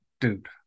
dude